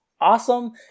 awesome